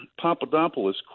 Papadopoulos